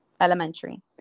elementary